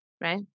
right